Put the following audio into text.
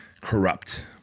corrupt